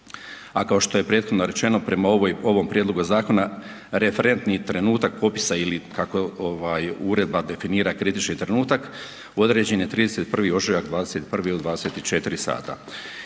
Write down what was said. a kao što je prethodno rečeno, prema ovom prijedlogu zakona, referentni trenutak popisa ili, kako uredba definira, kritični trenutak, određen je 31. ožujak 21. do 24 sata.